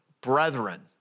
brethren